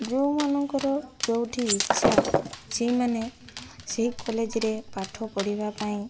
ଯେଉଁମାନଙ୍କର ଯେଉଁଠି ଇଛା ସେଇମାନେ ସେଇ କଲେଜ୍ରେ ପାଠ ପଢ଼ିବା ପାଇଁ